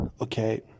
okay